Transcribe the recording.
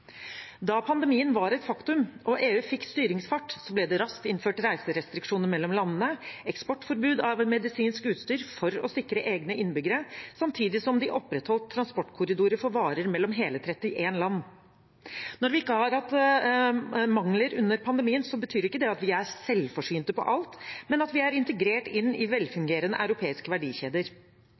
Da pandemien var et faktum og EU fikk styringsfart, ble det raskt innført reiserestriksjoner mellom landene og eksportforbud av medisinsk utstyr for å sikre egne innbyggere, samtidig som de opprettholdt transportkorridorer for varer mellom hele 31 land. Når vi ikke har hatt mangler under pandemien, betyr ikke det at vi er selvforsynte med alt, men at vi er integrert inn i velfungerende europeiske verdikjeder.